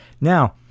Now